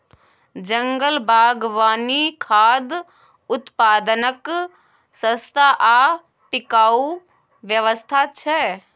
जंगल बागवानी खाद्य उत्पादनक सस्ता आ टिकाऊ व्यवस्था छै